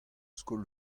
skol